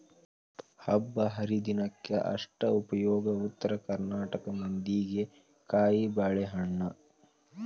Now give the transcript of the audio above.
ಹಬ್ಬಾಹರಿದಿನಕ್ಕ ಅಷ್ಟ ಉಪಯೋಗ ಉತ್ತರ ಕರ್ನಾಟಕ ಮಂದಿಗೆ ಕಾಯಿಬಾಳೇಹಣ್ಣ